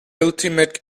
ultimate